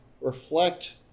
reflect